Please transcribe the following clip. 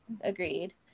agreed